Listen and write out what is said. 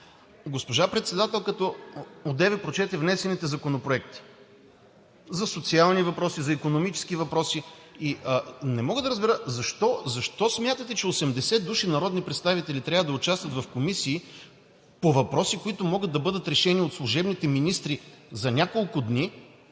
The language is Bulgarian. Госпожа председателката одеве прочете внесените законопроекти – за социални въпроси, за икономически въпроси, и не мога да разбера защо смятате, че 80 души народни представители трябва да участват в комисии по въпроси, които могат да бъдат решени от служебните министри за няколко дни,